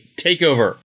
TakeOver